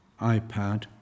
iPad